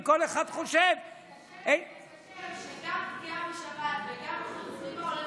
וכל אחד חושב קשה להם גם פגיעה בשבת וגם איכות הסביבה,